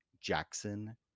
Jackson